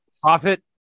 Profit